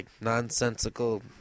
nonsensical